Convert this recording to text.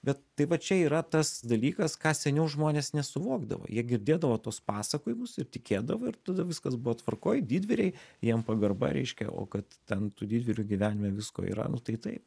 bet tai va čia yra tas dalykas ką seniau žmonės nesuvokdavo jie girdėdavo tuos pasakojimus ir tikėdavo ir tada viskas buvo tvarkoj didvyriai jiem pagarba reiškia o kad ten tų didvyrių gyvenime visko yra nu tai taip